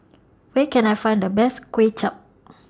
Where Can I Find The Best Kway Chap